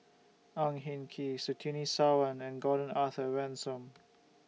Ang Hin Kee Surtini Sarwan and Gordon Arthur Ransome